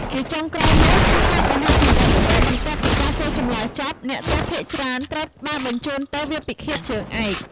ជាចុងក្រោយនោះគឺ ការប្រហារជីវិត ព្រោះបន្ទាប់ពីការសួរចម្លើយចប់ អ្នកទោសភាគច្រើនត្រូវបានបញ្ជូនទៅ វាលពិឃាតជើងឯក។